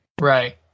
Right